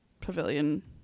Pavilion